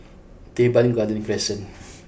Teban Garden Crescent